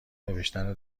نوشتن